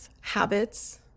habits